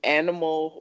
animal